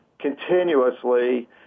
continuously